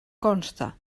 consta